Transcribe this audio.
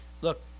look